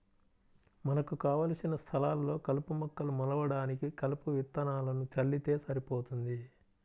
మనకు కావలసిన స్థలాల్లో కలుపు మొక్కలు మొలవడానికి కలుపు విత్తనాలను చల్లితే సరిపోతుంది